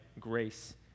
grace